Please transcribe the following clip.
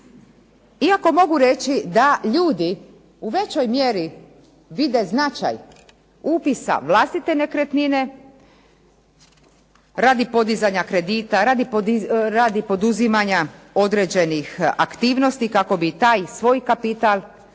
Iako mogu reći da ljudi u većoj mjeri vide značaj upisa vlastite nekretnine, radi poduzimanja kredita, radi poduzimanja određenih aktivnosti kako bi taj svoj kapital